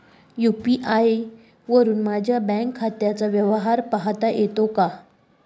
UPI वरुन माझ्या bank खात्याचा व्यवहार पाहता येतो का?